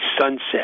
sunset